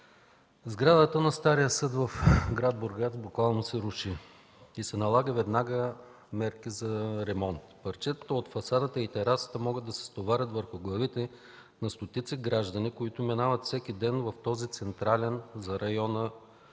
Сградата на стария съд в град Бургас буквално се руши и се налагат веднага мерки за ремонт. Парчетата от фасадата и терасата могат да се стоварят върху главите на стотици граждани, които минават всеки ден в този централен район